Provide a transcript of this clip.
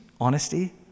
honesty